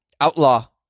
outlaw